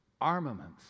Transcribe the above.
armaments